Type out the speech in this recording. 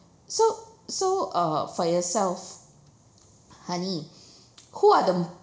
so so uh for yourself honey who are the